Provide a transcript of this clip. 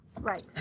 Right